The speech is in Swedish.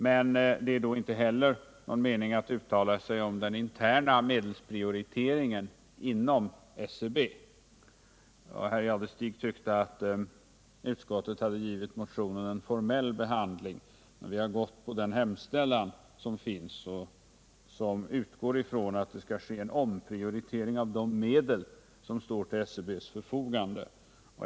Men det är då inte heller någon mening med att uttala sig om den interna medelsprioriteringen inom SCB. Herr Jadestig tyckte att utskottet hade givit motionen en formell behandling. Vi har gått på den hemställan som finns i motionen och som utgår ifrån att det skall ske en omprioritering av de medel som står till SCB:s förfogande.